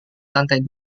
lantai